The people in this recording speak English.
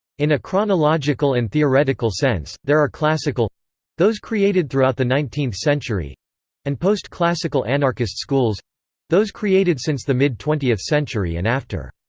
in a chronological and theoretical sense, there are classical those created throughout the nineteenth century and post-classical anarchist schools those created since the mid twentieth century and after.